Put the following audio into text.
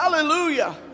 Hallelujah